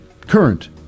current